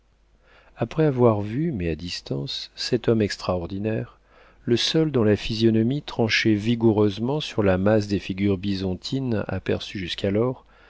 après avoir vu mais à distance cet homme extraordinaire le seul dont la physionomie tranchait vigoureusement sur la masse des figures bisontines aperçues jusqu'alors